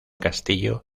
castillo